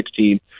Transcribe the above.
2016